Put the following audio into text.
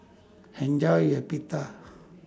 Enjoy your Pita